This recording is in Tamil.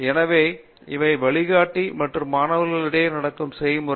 எனவே இவை வழிகாட்டி மற்றும் மாணவர்களிடையே நடக்கும் செய்முறை